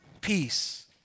peace